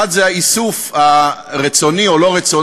אחד זה האיסוף הרצוני או לא רצוני,